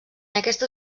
aquesta